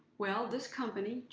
well, this company,